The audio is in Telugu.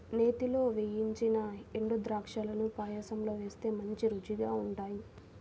నేతిలో వేయించిన ఎండుద్రాక్షాలను పాయసంలో వేస్తే మంచి రుచిగా ఉంటాయి